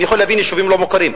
אני יכול להבין יישובים לא מוכרים,